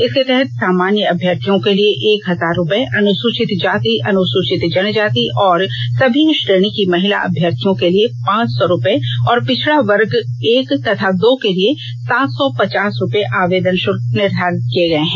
इसके तहत सामान्य अभ्यर्थियों के लिए एक हजार रुपए अनुसूचित जाति अनुसूचित जनजाति और सभी श्रेणी की महिला अभ्यर्थियों के लिए पांच सौ रुपए और पिछड़ा वर्ग एक तथा दो के लिए सात सौ पचास रुपए आवेदन शुल्क निर्धारित किये गये है